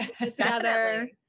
together